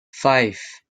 five